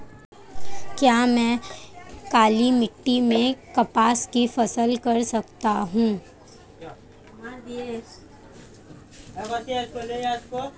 क्या मैं काली मिट्टी में कपास की फसल कर सकता हूँ?